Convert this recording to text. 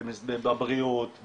בבריאות,